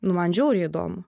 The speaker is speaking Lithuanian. nu man žiauriai įdomu